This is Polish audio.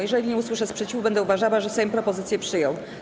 Jeżeli nie usłyszę sprzeciwu, będę uważała, że Sejm propozycję przyjął.